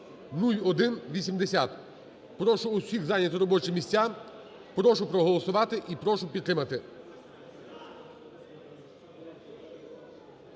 (0180). Прошу усіх зайняти робочі місця, прошу проголосувати і прошу підтримати.